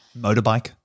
Motorbike